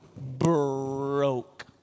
Broke